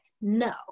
No